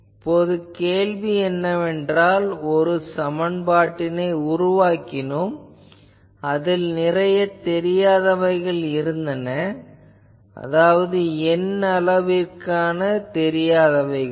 இப்பொழுது கேள்வி என்னவென்றால் நாம் ஒரு சமன்பாட்டினை உருவாக்கினோம் அதில் நிறைய தெரியாதவைகள் இருந்தன அதாவது N அளவு தெரியாதவைகள்